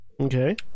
okay